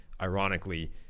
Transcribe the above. ironically